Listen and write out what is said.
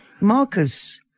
Marcus